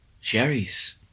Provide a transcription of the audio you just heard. Sherry's